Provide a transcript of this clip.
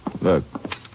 Look